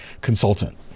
consultant